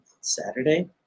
Saturday